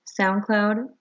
SoundCloud